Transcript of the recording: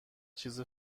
چیز